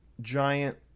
giant